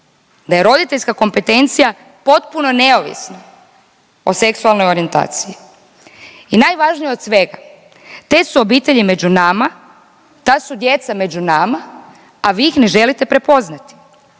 da je roditeljska kompetencija potpuno neovisna o seksualnoj orijentaciji. I najvažnije od svega te su obitelji među nama, ta su djeca među nama, a vi ih ne želite prepoznati.